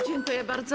Dziękuję bardzo.